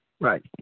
Right